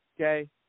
Okay